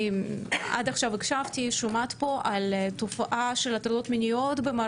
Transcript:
עד עכשיו הקשבתי ואני שומעת על התופעה של הטרדות במערכת